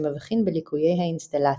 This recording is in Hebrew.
שמבחין בליקויי האינסטלציה.